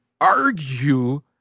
argue